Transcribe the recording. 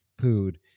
food